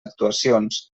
actuacions